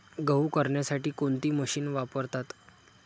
गहू करण्यासाठी कोणती मशीन वापरतात?